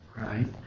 right